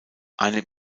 einem